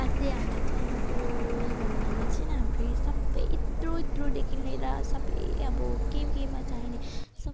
अझ हामीलाई चाहिने कुरोहरू भन्दा म चाहिँ हाम्रो सबै यत्रो यत्रोदेखि लिएर सबै अब के केमा चाहिने